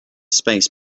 space